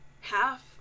half